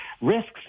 risks